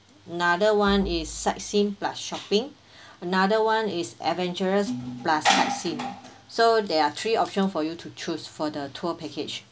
another one is sightseeing plus shopping another one is adventurous plus sightseeing so there are three option for you to choose for the tour package